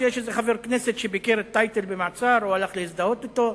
שיש איזה חבר כנסת שביקר את טייטל במעצר או הלך להזדהות אתו?